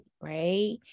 right